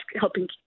helping